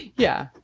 yeah,